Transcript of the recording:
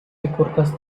įkurtas